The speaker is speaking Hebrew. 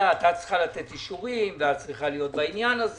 צריכה לתת אישורים ולהיות בעניין.